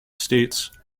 states